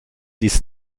dies